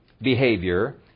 behavior